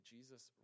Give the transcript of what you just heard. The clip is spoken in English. Jesus